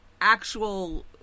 actual